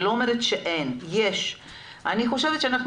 אני לא אומרת שאין אלא יש אבל אני חושבת שאנחנו